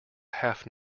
half